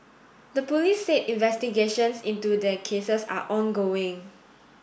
the police said investigations into their cases are ongoing